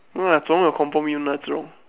no lah Zhi-Rong will confirm win one Zhi-Rong